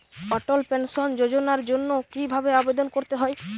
অটল pension যোজনার জন্য কি ভাবে আবেদন করতে হয়?